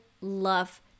love